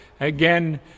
Again